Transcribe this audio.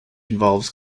involves